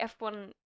f1